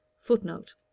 footnote